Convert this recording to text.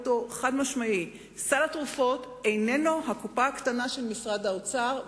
חד-משמעי: סל התרופות איננו הקופה הקטנה של משרד האוצר,